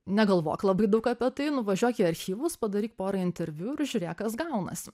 negalvok labai daug apie tai nuvažiuok į archyvus padaryk pora interviu ir žiūrėk kas gaunasi